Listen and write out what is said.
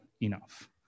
enough